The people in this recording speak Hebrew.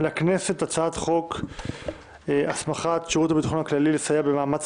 לכנסת הצעת חוק הסמכת שירות הביטחון הכללי לסייע במאמץ